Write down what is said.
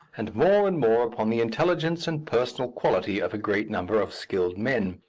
and more and more upon the intelligence and personal quality of a great number of skilled men.